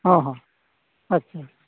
ᱦᱮᱸ ᱦᱮᱸ ᱟᱪᱪᱷᱟ